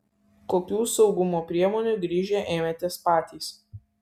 kokių saugumo priemonių grįžę ėmėtės patys